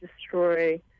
destroy